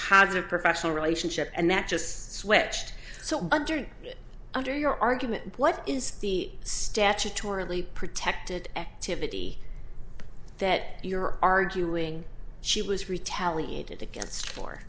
positive professional relationship and that just switched so under your argument what is the statutorily protected activity that you're arguing she was retaliated against for